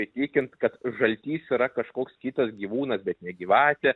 įtikint kad žaltys yra kažkoks kitas gyvūnas bet ne gyvatė